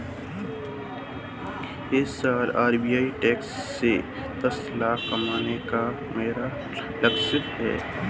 इस साल arbitrage से दस लाख कमाने का मेरा लक्ष्यांक है